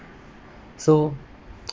so